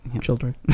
children